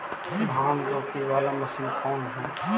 धान रोपी बाला मशिन कौन कौन है?